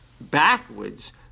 backwards